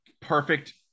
perfect